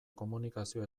komunikazio